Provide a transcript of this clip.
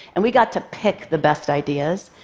and we got to pick the best ideas,